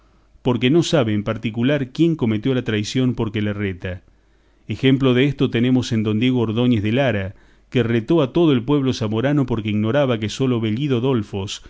porque no sabe en particular quién cometió la traición por que le reta ejemplo desto tenemos en don diego ordóñez de lara que retó a todo el pueblo zamorano porque ignoraba que solo vellido dolfos